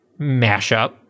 mashup